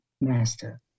master